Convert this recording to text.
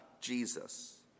Jesus